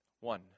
one